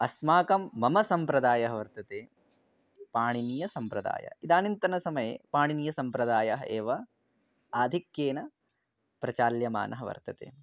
अस्माकं मम सम्प्रदायः वर्तते पाणिनीयसम्प्रदायः इदानीन्तनसमये पाणिनीयसम्प्रदायः एव आधिक्येन प्रचाल्यमानः वर्तते